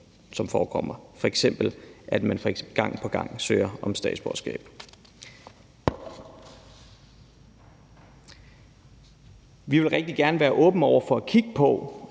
som forekommer, f.eks. ved at man gang på gang søger om statsborgerskab. Vi vil rigtig gerne være åbne over for at kigge på